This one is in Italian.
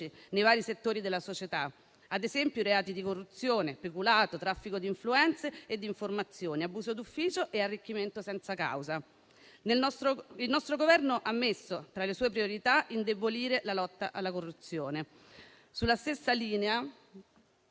nei vari settori della società, ad esempio i reati di corruzione, peculato, traffico di influenze e di informazioni, abuso d'ufficio e arricchimento senza causa. Il nostro Governo ha messo tra le sue priorità quella di indebolire la lotta alla corruzione. Sulla stessa linea